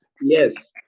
yes